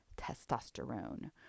testosterone